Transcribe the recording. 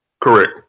Correct